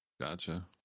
Gotcha